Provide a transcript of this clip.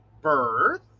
birth